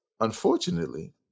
unfortunately